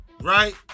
right